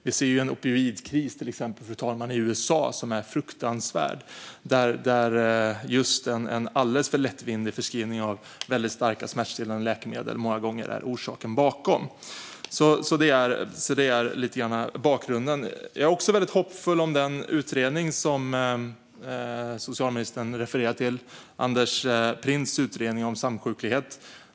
Vi ser till exempel, fru talman, en opioidkris i USA som är fruktansvärd och där just en alldeles för lättvindig förskrivning av väldigt starka smärtstillande läkemedel många gånger är orsaken och bakgrunden. Jag är också väldigt hoppfull om den utredning som socialministern refererar till, alltså Anders Printz utredning om samsjuklighet.